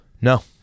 No